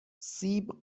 سیب